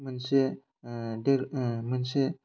मोनसे मोनसे